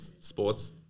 sports